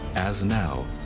as now,